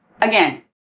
again